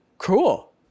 Cool